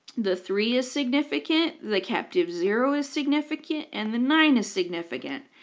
the three is significant the captive zero is significant and the nine is significant.